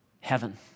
Heaven